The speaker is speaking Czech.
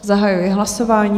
Zahajuji hlasování.